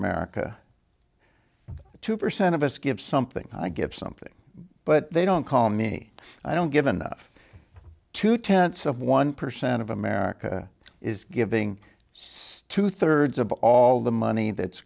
america two percent of us give something i give something but they don't call me i don't give enough two tenths of one percent of america is giving stu thirds of all the money that's